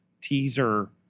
teaser